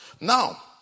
Now